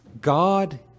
God